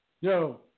Yo